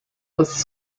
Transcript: was